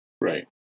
right